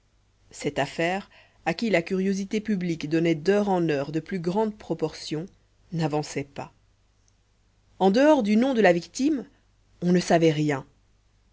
cette affaire à qui la curiosité publique donnait d'heure en heure de plus grandes proportions n'avançait pas en dehors du nom de la victime on ne savait rien